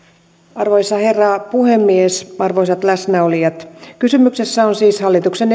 arvoisa herra puhemies arvoisat läsnäolijat kysymyksessä on siis hallituksen